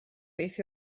beth